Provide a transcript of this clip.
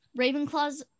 Ravenclaws